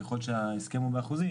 ככל שההסכם הוא באחוזי,